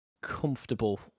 comfortable